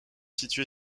situé